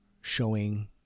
showing